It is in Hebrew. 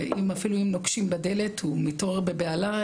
אפילו אם נוקשים בדלת הוא מתעורר בבהלה,